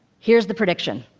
here's the prediction.